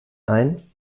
ein